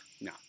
No